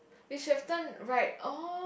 we should have turned right oh